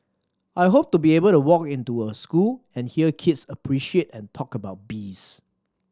I hope to be able to walk into a school and hear kids appreciate and talk about bees